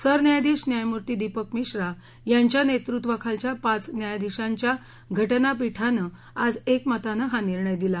सरन्यायाधीश न्यायमूर्ती दीपक मिश्रा यांच्या नेतृत्वाखालच्या पाच न्यायाधीशांच्या घटनापीठानं आज एकमतानं हा निर्णय दिला